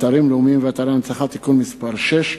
אתרים לאומיים ואתרי הנצחה (תיקון מס' 6)